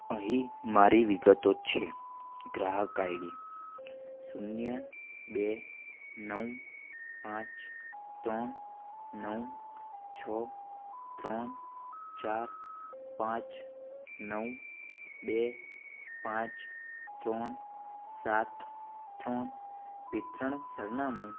અહીં મારી વિગતો છે ગ્રાહક આઇડી શૂન્ય બે નવ પાંચ ત્રણ નવ છ ત્રણ ચાર પાંચ નવ બે પાંચ ત્રણ સાત ત્રણ વિતરણ સરનામું